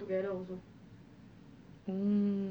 hmm